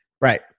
right